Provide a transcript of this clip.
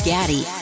Gaddy